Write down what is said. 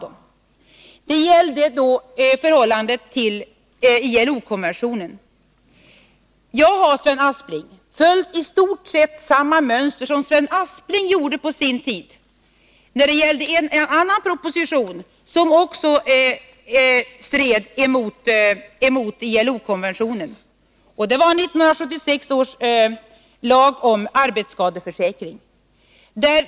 Det gäller t.ex. förhållandet till ILO-konventionen. Jag har, Sven Aspling, följt i stort sett samma mönster som Sven Aspling på sin tid följde. Då var det fråga om en annan proposition som också den stred mot ILO-konventionen. Det var 1976 års lag om arbetsskadeförsäkringen.